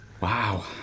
Wow